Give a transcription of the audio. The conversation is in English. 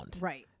Right